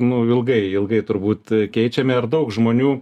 nu ilgai ilgai turbūt keičiami ar daug žmonių